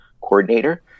coordinator